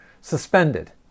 suspended